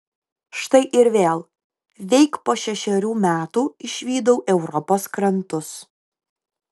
štai ir vėl veik po šešerių metų išvydau europos krantus